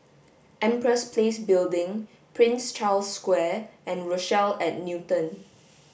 Empress Place Building Prince Charles Square and Rochelle at Newton